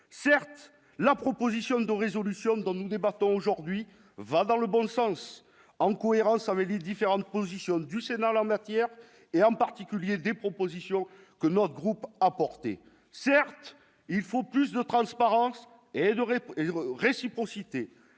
certes la proposition dont résolution dont nous débattons aujourd'hui va dans le bon sens en cohérence avec les différentes positions du Sénat en la matière, et en particulier des propositions que notre groupe apporté, certes il faut plus de transparence et n'aurait réciprocité